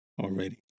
already